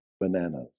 bananas